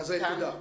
---, תודה.